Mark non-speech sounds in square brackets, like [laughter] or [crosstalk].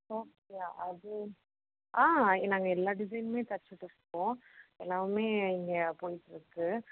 [unintelligible] அது ஆ நாங்கள் எல்லா டிசைனுமே தைச்சி தருவோம் எல்லாமுமே இங்கே போய்ட்ருக்கு